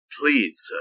Please